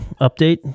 update